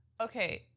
Okay